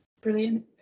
Brilliant